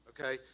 okay